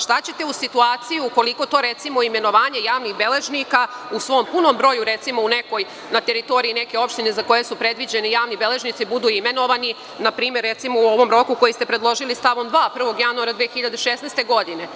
Šta ćete u situaciji ukoliko to, recimo, imenovanje javnih beležnika u svom punom broju, recimo na teritoriji neke opštine za koju su predviđeni javni beležnici, budu imenovani npr. u ovom roku koji ste predložili stavom 2, 1. januara 2016. godine?